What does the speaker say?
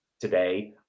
today